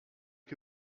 que